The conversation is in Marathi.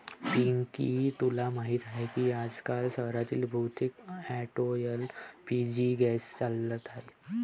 पिंकी तुला माहीत आहे की आजकाल शहरातील बहुतेक ऑटो एल.पी.जी गॅसने चालत आहेत